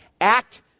act